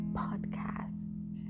podcast